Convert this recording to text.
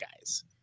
guys